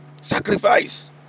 Sacrifice